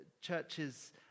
churches